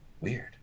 Weird